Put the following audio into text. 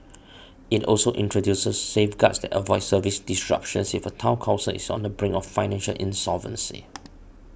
it also introduces safeguards that avoid service disruptions if a Town Council is on the brink of financial insolvency